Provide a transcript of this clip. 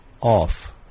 off